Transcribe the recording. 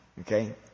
Okay